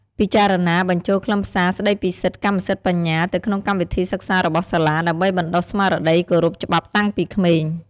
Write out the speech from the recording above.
ពិចារណាបញ្ចូលខ្លឹមសារស្តីពីសិទ្ធិកម្មសិទ្ធិបញ្ញាទៅក្នុងកម្មវិធីសិក្សារបស់សាលា ដើម្បីបណ្តុះស្មារតីគោរពច្បាប់តាំងពីក្មេង។